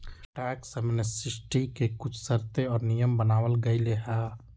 tax amnesty के कुछ शर्तें और नियम बनावल गयले है